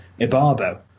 Ibarbo